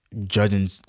judging